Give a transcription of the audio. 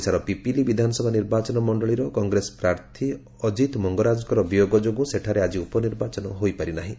ଓଡ଼ିଶାର ପିପିଲି ବିଧାନସଭା ନିର୍ବାଚନମଣ୍ଡଳୀର କଂଗ୍ରେସ ପ୍ରାର୍ଥୀ ଅଜିତ ମଙ୍ଗରାଜଙ୍କର ବିୟୋଗ ଯୋଗୁଁ ସେଠାରେ ଆଜି ଉପ ନିର୍ବାଚନ ହୋଇପାରି ନାହିଁ